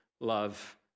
love